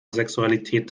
sexualität